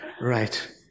Right